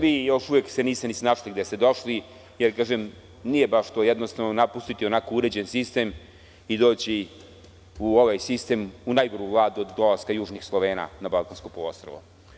Vi se još uvek niste ni snašli gde ste došli, jer kažem, nije baš jednostavno napustiti onako uređen sistem i doći u ovaj sistem, u najgoru Vladu od dolaska južnih Slovena na Balkansko poluostrvo.